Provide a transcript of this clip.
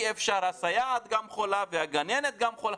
הסייעת גם חולה והגננת גם חולה,